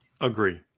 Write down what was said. Agree